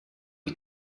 die